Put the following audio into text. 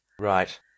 Right